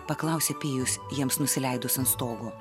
paklausė pijus jiems nusileidus ant stogo